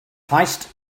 heist